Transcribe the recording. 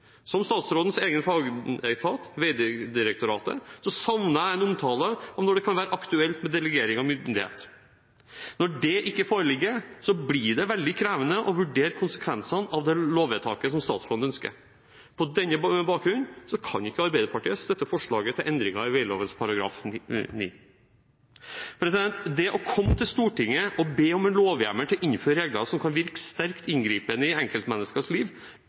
statsrådens egen fagetat, Vegdirektoratet, savner jeg en omtale av når det kan være aktuelt med delegering av myndighet. Når det ikke foreligger, blir det veldig krevende å vurdere konsekvensene av det lovvedtaket som statsråden ønsker. På denne bakgrunn kan ikke Arbeiderpartiet støtte forslaget til endringer i vegloven § 9. Det å komme til Stortinget og be om en lovhjemmel til å innføre regler som kan virke sterkt inngripende i enkeltmenneskers liv